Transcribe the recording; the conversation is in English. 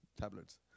tablets